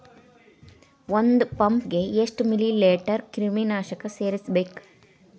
ಒಂದ್ ಪಂಪ್ ಗೆ ಎಷ್ಟ್ ಮಿಲಿ ಲೇಟರ್ ಕ್ರಿಮಿ ನಾಶಕ ಸೇರಸ್ಬೇಕ್?